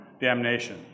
damnation